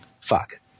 fuck